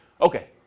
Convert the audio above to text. Okay